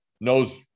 knows